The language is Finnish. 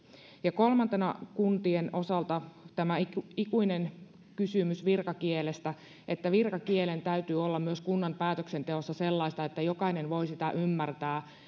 ja kolmantena kuntien osalta tämä ikuinen kysymys virkakielestä virkakielen täytyy olla myös kunnan päätöksenteossa sellaista että jokainen voi sitä ymmärtää